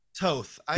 Toth